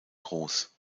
groß